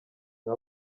nka